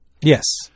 Yes